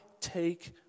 take